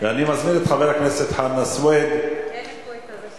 אני מזמין את חבר הכנסת חנא סוייד, בבקשה.